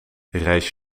reis